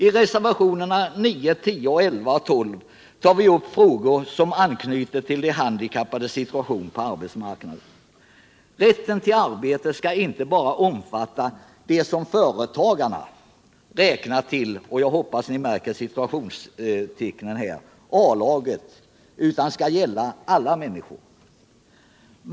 I reservationerna 9, 10, 11 och 12 tar vi upp frågor som anknyter till de handikappades situation på arbetsmarknaden. Rätten till arbete skall inte bara omfatta dem som företagarna räknar till ”A-laget” — jag hoppas ni märker citationstecknen — utan den rätten skall gälla alla människor.